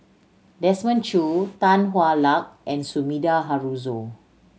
Desmond Choo Tan Hwa Luck and Sumida Haruzo